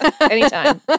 Anytime